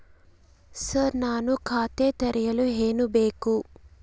Sir ನಾನು ಖಾತೆ ತೆರೆಯಲು ಏನು ಬೇಕು?